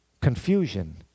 Confusion